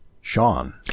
Sean